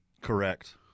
Correct